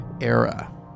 era